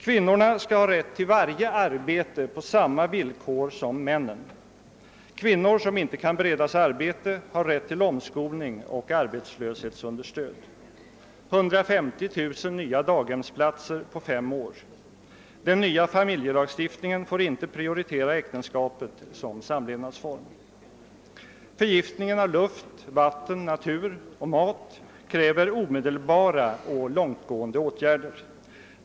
Kvinnorna skall ha rätt till varje arbete på samma villkor som männen. Kvinnor som inte kan beredas arbete får rätt till omskolning och arbetslöshetsunderstöd. 150 000 nya daghemsplatser tillskapas på fem år. Den nya familjelagstiftningen får inte prioritera äktenskapet som samlevnadsform. Förgiftningen av luft, vatten, natur — och mat! — kräver omedelbara och långtgående åtgärder.